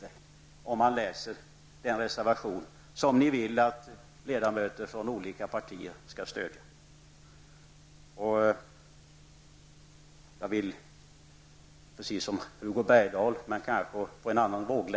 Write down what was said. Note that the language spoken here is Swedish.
Det ser man om man läser den reservation som ni vill att ledamöterna från olika partier skall stödja.